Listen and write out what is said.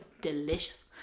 delicious